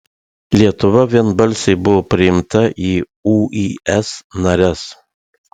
lietuva vienbalsiai buvo priimta į uis nares